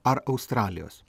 ar australijos